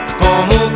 como